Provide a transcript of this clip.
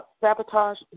sabotage